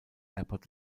airport